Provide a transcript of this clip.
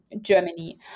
Germany